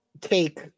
take